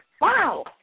Wow